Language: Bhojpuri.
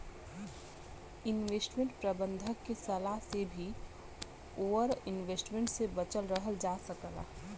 इन्वेस्टमेंट प्रबंधक के सलाह से भी ओवर इन्वेस्टमेंट से बचल रहल जा सकला